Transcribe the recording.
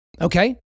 okay